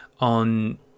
on